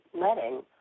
letting